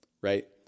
right